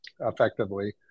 effectively